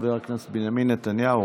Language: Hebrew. חבר הכנסת בנימין נתניהו,